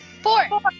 four